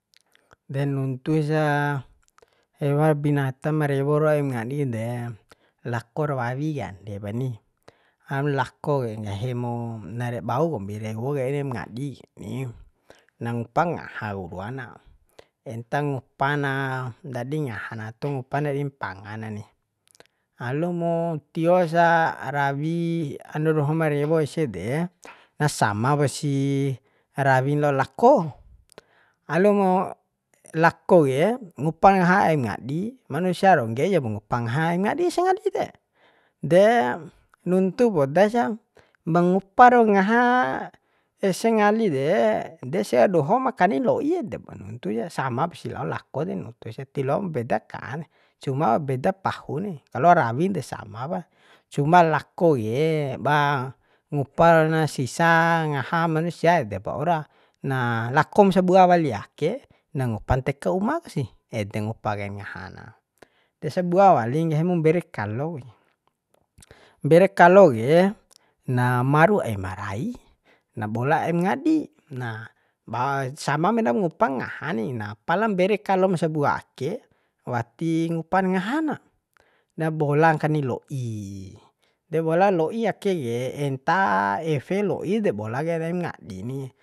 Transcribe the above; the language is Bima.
de nuntusa ewa binata ma rewo ro aim ngadi de lakor wawi kande pani hanulako nggahi mo nare bau kombi rewo kain aim ngadi keni na ngupa ngaha ku ruana enta ngupa na ndadi ngahan ato ngupan ndadi mpanga nani alu mu tiosa rawi ando dohoma rewo ese de na samapa si rawin lao lako alumu lako ke ngupan ngaha aim ngadi manusia rau ngge'e jap ngupa ngaha aim ngadi se ngali de de nuntu poda sa ma ngupa ro ngaha ese ngali de de sia dohom kani loi edepa nuntusa samap si lao lako de nuntusa tioam beda kan cuma beda pahuni kalo rawin desama pa cuma lako ke ba ngupa ron sisa ngaha manusia edep waura lakom sabua wali ake na ngupa nteka uma ku sih ede ngupa kain ngaha na desabua wali nggahi mu mbere kalo ku mbere kalo ke na maru aima rai na bola aim ngadi na ba sama menap ngupa ngaha ni na pala mbere kalom sabua ake wati ngunan ngaha na na bola kani lo'i debola lo'i ake ke enta efe lo'i de bola kair aim ngadi ni